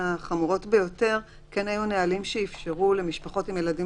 החמורות ביותר כן היו נהלים שאפשרו למשפחות עם ילדים